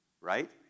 Right